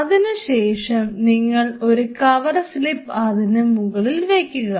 അതിനു ശേഷം നിങ്ങൾ ഒരു കവർ സ്ലിപ്പ് ഇതിന് മുകളിൽ വയ്ക്കുക